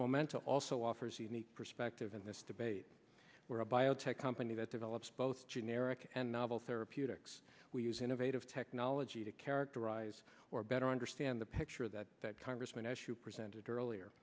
momenta also offers a unique perspective in this debate where a biotech company that develops both generic and novel therapeutics we use innovative technology to characterize or better understand the picture that that congressman issue presented earlier